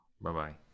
Bye-bye